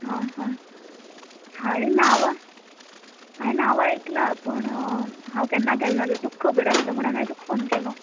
हांवें नांवां हांय नांव आयकलां पूण हांव केन्ना गेलें ना तें तुका खबर आसता म्हणन हांवें तुका फोन केलो